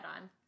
on